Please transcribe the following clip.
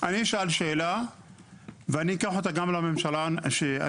אני אשאל שאלה ואני אקח אותה גם לממשלה הנוכחית.